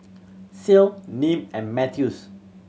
Ceil Nim and Mathews